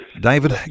David